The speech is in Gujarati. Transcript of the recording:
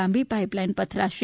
લાંબી પાઇપલાઇન પથરાશે